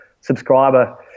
subscriber